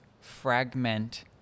fragment